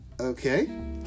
Okay